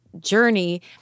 journey